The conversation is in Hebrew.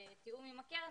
בתיאום עם הקרן,